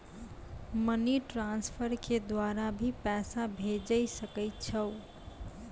Money transfer के द्वारा भी पैसा भेजै सकै छौ?